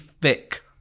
thick